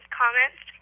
comments